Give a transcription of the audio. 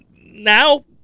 now